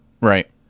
Right